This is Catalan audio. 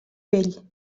vell